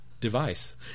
device